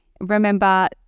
Remember